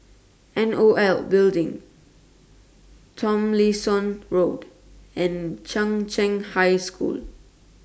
N O L Building Tomlinson Road and Chung Cheng High School